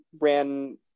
ran